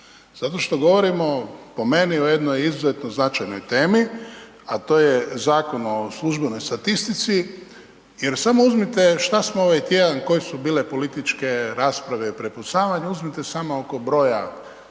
zato što govorimo po meni o jednoj izuzetno značajnoj temi, a to je Zakon o službenoj statistici jer samo uzmite šta smo ovaj tjedan, koje su bile političke rasprave i prepucavanja, uzmite samo oko broja otišlih